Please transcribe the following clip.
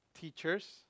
teachers